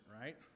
right